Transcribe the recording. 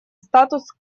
статус